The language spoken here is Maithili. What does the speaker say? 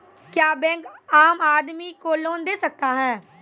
क्या बैंक आम आदमी को लोन दे सकता हैं?